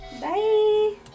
Bye